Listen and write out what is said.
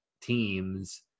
teams